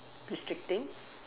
restricting